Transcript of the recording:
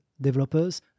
developers